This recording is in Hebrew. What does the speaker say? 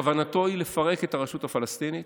כוונתו היא לפרק את הרשות הפלסטינית,